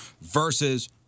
versus